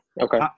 okay